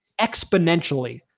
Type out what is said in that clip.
exponentially